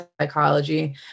psychology